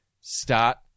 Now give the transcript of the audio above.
start